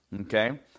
Okay